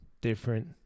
different